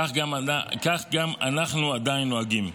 כך גם אנחנו עדיין נוהגים.